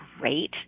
great